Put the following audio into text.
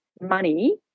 money